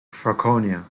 franconia